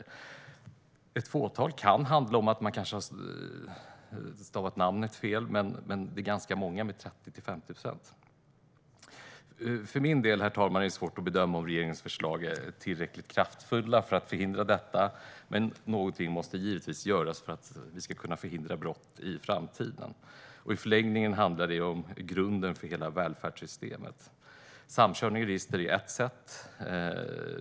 I ett fåtal fall kan det kanske handla om att man har stavat namnet fel, men 30-50 procent är ganska mycket. Herr talman! För min del är det svårt att bedöma om regeringens förslag är tillräckligt kraftfulla för att förhindra detta, men någonting måste givetvis göras för att vi ska kunna förhindra brott i framtiden. I förlängningen handlar det om grunden för hela välfärdssystemet. Samkörning av register är ett sätt.